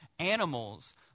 Animals